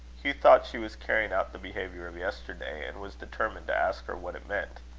hugh thought she was carrying out the behaviour of yesterday, and was determined to ask her what it meant.